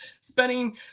spending